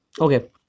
okay